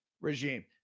regime